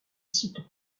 site